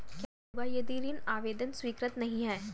क्या होगा यदि ऋण आवेदन स्वीकृत नहीं है?